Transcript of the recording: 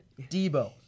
Debo